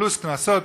פלוס קנסות,